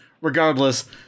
regardless